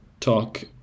talk